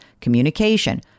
communication